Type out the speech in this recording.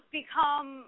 become